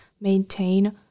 maintain